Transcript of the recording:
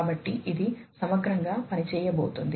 కాబట్టి ఇది సమగ్రంగా పని చేయబోతోంది